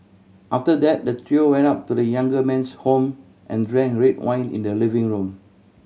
after that the trio went up to the younger man's home and drank red wine in the living room